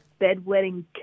bedwetting